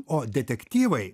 o detektyvai